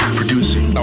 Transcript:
producing